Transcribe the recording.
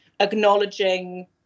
Acknowledging